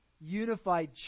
unified